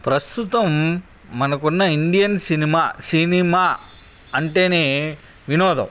ప్రస్తుతం మనకున్న Indian cinema cinema అంటే వినోదం